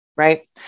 right